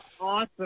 awesome